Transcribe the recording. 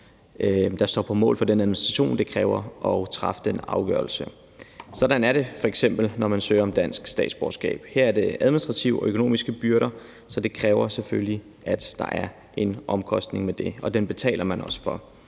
der står mål med den administration, det kræver at træffe den afgørelse. Sådan er det f.eks., når man søger om dansk statsborgerskab. Her er der administrative og økonomiske byrder, så det kræver selvfølgelig, at der er en omkostning ved det, og den betaler man også for.